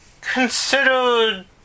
considered